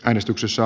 äänestyksessä